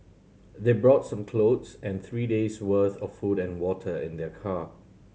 they brought some clothes and three days' worth of food and water in their car